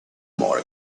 more